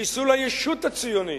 חיסול הישות הציונית.